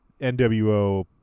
NWO